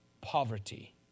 poverty